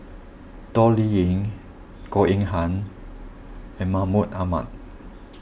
Toh Liying Goh Eng Han and Mahmud Ahmad